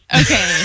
okay